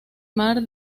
mar